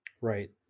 right